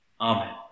Amen